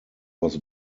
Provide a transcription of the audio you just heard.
was